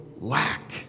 lack